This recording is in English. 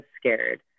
scared